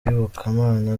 iyobokamana